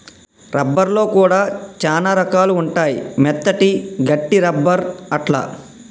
rubber లో కూడా చానా రకాలు ఉంటాయి మెత్తటి, గట్టి రబ్బర్ అట్లా